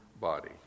body